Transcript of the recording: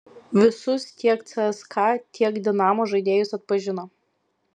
visus tiek cska tiek dinamo žaidėjus atpažino